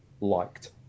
liked